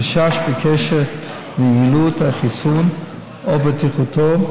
חשש בקשר ליעילות החיסון או לבטיחותו,